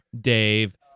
Dave